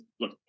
Look